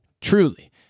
Truly